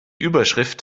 überschrift